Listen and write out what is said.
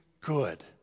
good